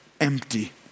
empty